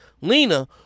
Lena